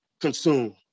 consume